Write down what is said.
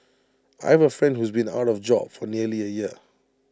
I have A friend who's been out of job for nearly A year